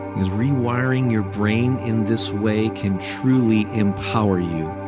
rewiring your brain in this way can truly empower you,